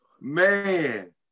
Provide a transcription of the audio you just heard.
Man